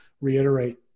reiterate